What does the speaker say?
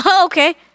Okay